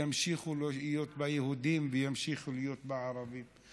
ימשיכו להיות בה יהודים וימשיכו להיות בה ערבים.